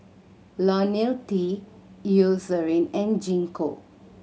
Ionil T Eucerin and Gingko